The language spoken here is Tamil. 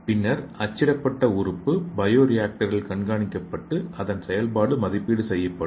பின்னர் அச்சிடப்பட்ட உறுப்பு பயோ ரியாக்டரில் கண்காணிக்கப்பட்டு அதன் செயல்பாடு மதிப்பீடு செய்யப்படும்